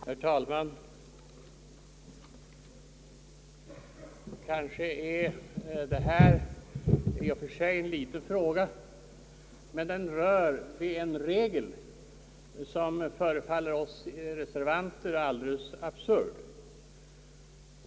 Herr talman! Kanske detta i och för sig är en liten fråga, men den rör vid en regel, som förefaller oss reservanter alldeles absurd.